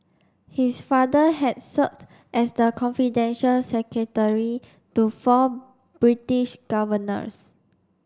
his father had served as the confidential secretary to four British governors